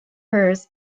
hers